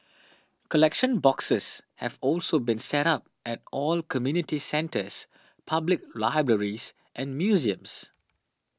collection boxes have also been set up at all community centres public libraries and museums